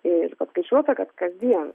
ir paskaičiuota kad kasdien